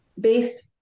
based